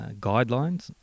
guidelines